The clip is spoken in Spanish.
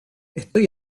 estoy